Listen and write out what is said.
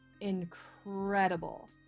incredible